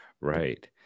Right